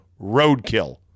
roadkill